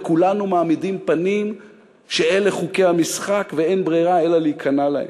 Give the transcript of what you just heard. וכולנו מעמידים פנים שאלה חוקי המשחק ואין ברירה אלא להיכנע להם.